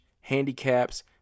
handicaps